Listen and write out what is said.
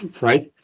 right